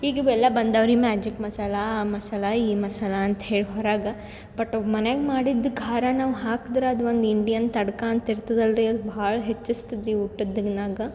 ಈಗ ಇವೆಲ್ಲ ಬಂದವ್ರಿ ಮ್ಯಾಜಿಕ್ ಮಸಾಲೆ ಆ ಮಸಾಲೆ ಈ ಮಸಾಲೆ ಅಂತ ಹೇಳಿ ಹೊರಗೆ ಬಟ್ ಮನೇಗೆ ಮಾಡಿದ ಖಾರ ನಾವು ಹಾಕ್ದ್ರೆ ಅದು ಒಂದು ಇಂಡಿಯನ್ ತಡಕಾ ಅಂತ ಇರ್ತದಲ್ಲರೀ ಭಾಳ ಹೆಚ್ಚಿಸ್ತದ್ರಿ ಊಟದ್ದಿನ್ನಾಗ